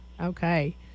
Okay